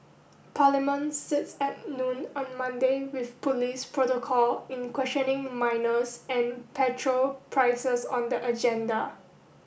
parliament sits at noon on Monday with police protocol in questioning minors and petrol prices on the agenda